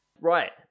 Right